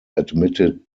admitted